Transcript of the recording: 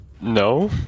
No